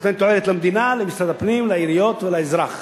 נותן תועלת למדינה, למשרד הפנים, לעיריות ולאזרח.